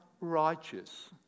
righteous